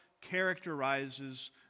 characterizes